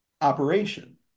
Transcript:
operation